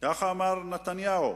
כך אמר נתניהו: